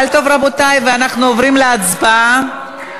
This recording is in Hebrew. חבר הכנסת אורן אסף חזן.